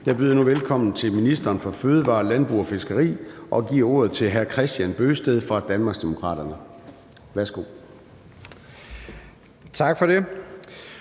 Jeg byder nu velkommen til ministeren for fødevarer, landbrug og fiskeri og giver ordet til hr. Kristian Bøgsted fra Danmarksdemokraterne. Kl.